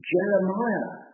Jeremiah